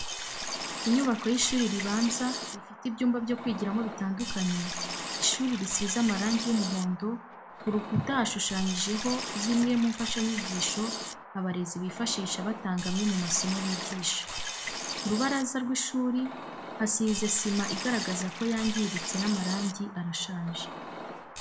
Inyubako y'ishuri ribanza rifite ibyumba byo kwigiramo bitandukanye, ishuri risize amarangi y'umuhondo, ku rukura hashushanyijeho zimwe mu mfashanyigisho abarezi bifashisha batanga amwe mu masomo bigisha. Ku rubaraza rw'ishuri hasize sima igaragara ko yangiritse n'amarangi arashaje.